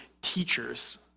teachers